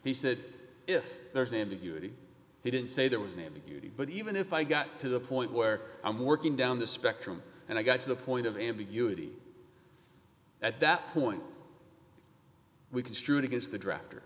he said if there is ambiguity he didn't say there was named beauty but even if i got to the point where i'm working down the spectrum and i got to the point of ambiguity at that point we construed against the drafter